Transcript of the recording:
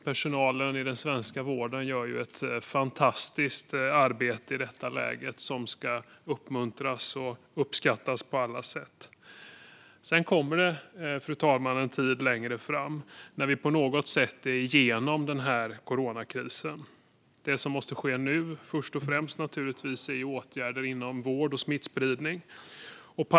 Personalen i den svenska vården gör ett fantastiskt arbete i detta läge som ska uppmuntras och uppskattas på alla sätt. Sedan kommer det, fru talman, en tid längre fram när vi på något sätt är igenom coronakrisen. Det som måste ske nu är naturligtvis först och främst åtgärder inom smittspridning och vård.